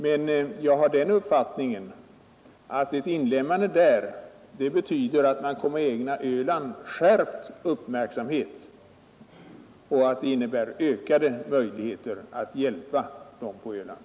Men jag har den uppfattningen att ett inlemmande betyder att man kommer att ägna Öland skärpt uppmärksamhet och innebär ökade möjligheter att hjälpa Ölands befolkning.